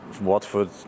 Watford